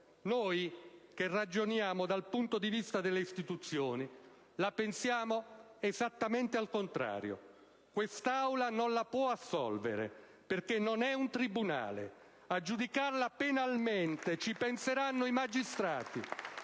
Noi che ragioniamo dal punto di vista delle istituzioni la pensiamo esattamente al contrario. Quest'Aula non la può assolvere perché non è un tribunale. A giudicarla penalmente ci penseranno i magistrati.